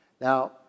Now